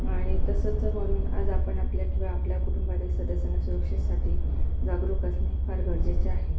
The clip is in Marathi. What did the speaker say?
आणि तसंच म्हणून आज आपण आपल्या किंवा आपल्या कुटुंबातील सदस्यांना सुरक्षेसाठी जागरूक असणे फार गरजेचे आहे